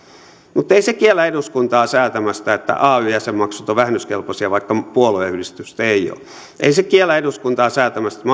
mutta ei se kiellä eduskuntaa säätämästä että ay jäsenmaksut ovat vähennyskelpoisia vaikka puolueyhdistysten eivät ole ja ei se kiellä eduskuntaa säätämästä että